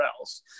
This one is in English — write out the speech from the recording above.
else